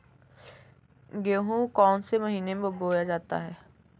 गेहूँ कौन से महीने में बोया जाता है?